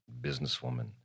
businesswoman